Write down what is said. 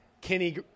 Kenny